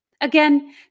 Again